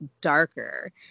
darker